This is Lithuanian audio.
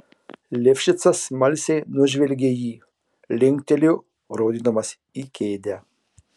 lifšicas smalsiai nužvelgė jį linktelėjo rodydamas į kėdę